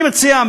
אני מציע,